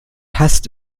hasst